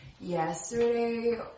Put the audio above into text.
yesterday